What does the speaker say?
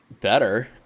better